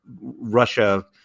Russia